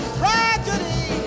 tragedy